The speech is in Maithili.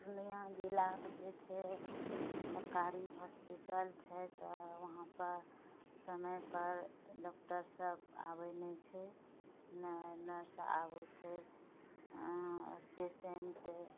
पूर्णियाँ जिलाके जे छै सरकारी हॉस्पिटल छै तऽ वहाँ पर समय पर डॉक्टर सभ आबै नहि छै नहि नर्स आबै छै आओर पेशेन्ट